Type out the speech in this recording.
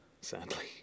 sadly